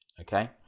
Okay